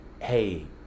hey